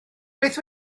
beth